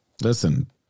Listen